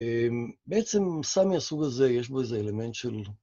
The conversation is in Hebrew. בעצם סם מהסוג הזה יש בו איזה אלמנט של